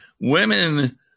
Women